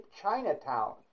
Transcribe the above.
Chinatown